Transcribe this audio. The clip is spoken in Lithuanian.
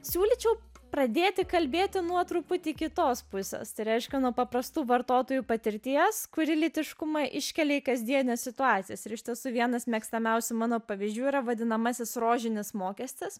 siūlyčiau pradėti kalbėti nuo truputį kitos pusės tai reiškia nuo paprastų vartotojų patirties kurie lytiškumą iškelia į kasdienes situacijas ir iš tiesų vienas mėgstamiausių mano pavyzdžių yra vadinamasis rožinis mokestis